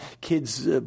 kids